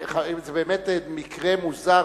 זה באמת מקרה מוזר,